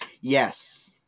yes